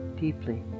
deeply